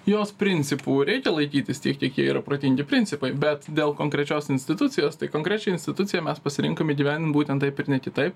jos principų reikia laikytis tiek kiek jie yra protingi principai bet dėl konkrečios institucijos tai konkrečią instituciją mes pasirinkom įgyvent būtent taip ir ne kitaip